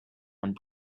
and